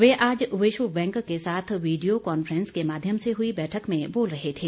वे आज विश्व बैंक के साथ वीडियो कॉन्फ्रेंस के माध्यम से हुई बैठक में बोल रहे थे